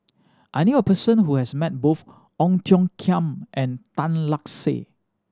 I knew a person who has met both Ong Tiong Khiam and Tan Lark Sye